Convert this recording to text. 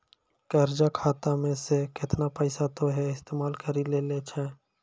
कर्जा खाता मे से केतना पैसा तोहें इस्तेमाल करि लेलें छैं